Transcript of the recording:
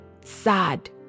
sad